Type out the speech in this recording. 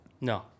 No